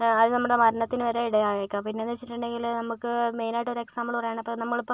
അത് നമ്മുടെ മരണത്തിനുവരെ ഇടയായേക്കാം പിന്നെയെന്നുവെച്ചിട്ടുണ്ടെങ്കിൽ നമുക്ക് മൈയിനായിട്ട് ഒരെക്സാംപിൾ പറയുകയാണ് ഇപ്പോൾ നമ്മളിപ്പോൾ